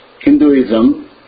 Hinduism